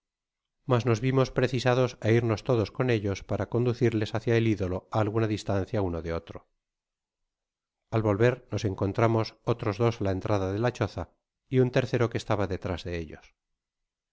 nos vimos precisados á irnos todos con ellos para conducirlos hácia el idolo á alguna distancia uno de otro al volver nos encontramos otros dos á la entrada de la choza y un tercero que estaba detras de ellos